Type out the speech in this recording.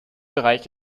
bereich